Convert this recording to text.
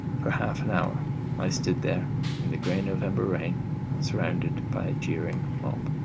for half an hour i stood there in the grey november rain surrounded by a jeering mob.